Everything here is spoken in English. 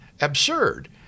absurd